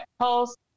post